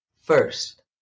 first